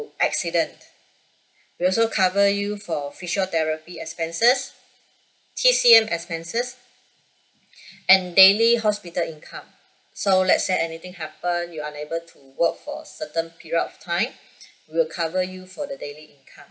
accident we also cover you for physiotherapy expenses T_C_M expenses and daily hospital income so let's say anything happen you unable to work for a certain period of time we will cover you for the daily income